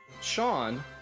Sean